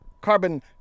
carbon